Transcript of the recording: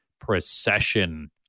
procession